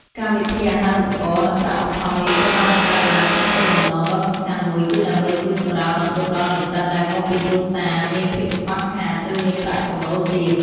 កម្មវិធីអាហារូបករណ៍ និងប្រាក់ឧបត្ថម្ភនេះត្រូវបានបង្កើតឡើងក្នុងគោលបំណងដ៏សំខាន់មួយគឺដើម្បីជួយសម្រាលបន្ទុកដល់និស្សិតដែលមកពីគ្រួសារមានភាពខ្វះខាត ឬមានប្រាក់ចំណូលទាប។